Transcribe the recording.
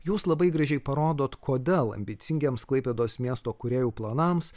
jūs labai gražiai parodot kodėl ambicingiems klaipėdos miesto kūrėjų planams